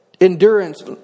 endurance